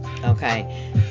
Okay